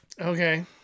Okay